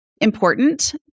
important